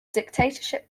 dictatorship